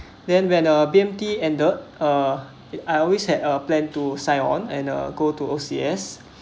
then when a B_M_T and the uh it I always had a plan to sign on and uh go to O_C_S